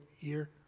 year